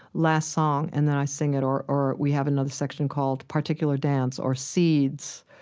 last song. and then i sing it. or or we have another section called particular dance or seeds,